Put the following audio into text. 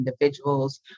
individuals